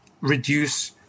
reduce